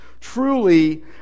truly